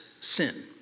sin